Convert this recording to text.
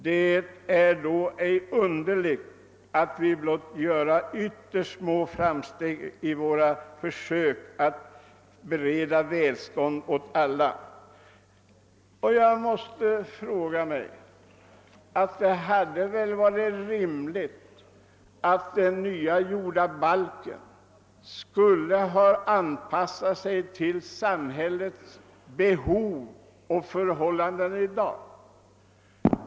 Det är då ej underligt, att vi blott göra ytterst små framsteg i våra försök att bereda välstånd åt alla.» Det hade varit rimligt att den nya jordabalken anpassats till samhällets behov och förhållanden i dag.